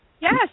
Yes